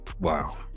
Wow